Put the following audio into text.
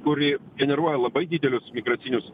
kuri generuoja labai didelius migracinius